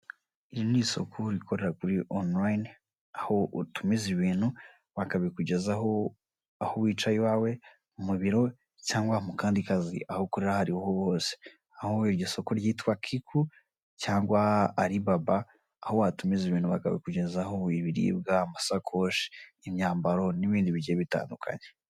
Iri ni isoko rikorera kuri onorayine aho utumiza ibintu bakabikugezaho aho wicaye iwawe mu biro cyangwa mu kandi kazi, aho ukorera aho ariho hose aho iryo soko ryitwa kiku cyangwa aribaba, aho watumiza ibintu bakabikugezaho ibiribwa, amasakoshi, imyambaro n'ibindi bigiye bitandukanye.